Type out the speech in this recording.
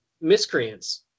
miscreants